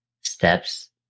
steps